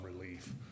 relief